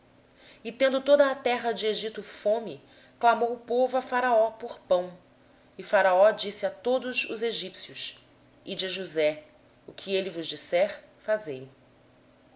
pão depois toda a terra do egito teve fome e o povo clamou a faraó por pão e faraó disse a todos os egípcios ide a josé o que ele vos disser fazei